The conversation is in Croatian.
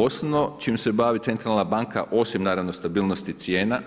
Osnovno čim se bavi centralna banka, osim naravno stabilnosti cijena